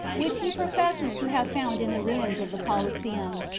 which he professes to have found in the ruins of the coliseum,